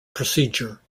procedure